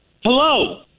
Hello